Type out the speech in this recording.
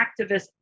activists